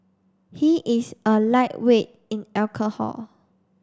he is a lightweight in alcohol